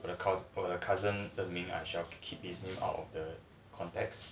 我的 cousin 我的 cousin the main I shall keep him out of the context